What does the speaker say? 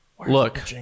Look